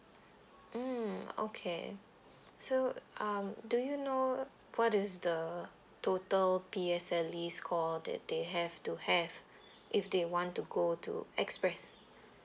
mm okay so um do you know what is the total P_S_L_E score that they have to have if they want to go to express